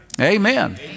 Amen